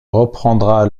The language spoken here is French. reprendra